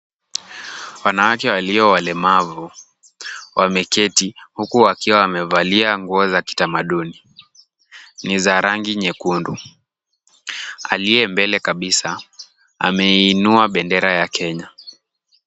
Wanawake walio walemavu, wameketi, huku wakiwa wamevalia nguo za kitamaduni. Ni za rangi nyekundu. Aliye mbele kabisa ameinua bendera ya Kenya.